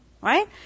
Right